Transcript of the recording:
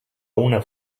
una